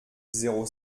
zéro